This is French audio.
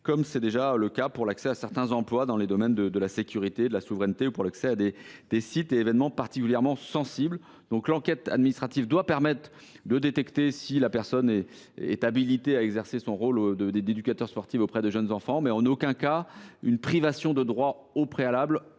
comme c’est déjà le cas pour l’accès à certains emplois dans les domaines de la sécurité et de la souveraineté ou pour l’accès à des sites et événements particulièrement sensibles. L’enquête administrative doit permettre de détecter si la personne est habilitée à exercer son activité d’éducateur sportif auprès de jeunes enfants, mais, sans condamnation, il ne peut